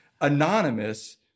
anonymous